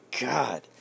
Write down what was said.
God